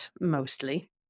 mostly